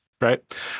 right